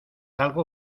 algo